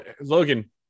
Logan